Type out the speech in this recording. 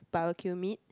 barbecue meat